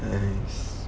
nice